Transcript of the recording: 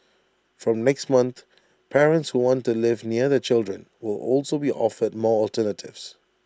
from next month parents who want to live near their children will also be offered more alternatives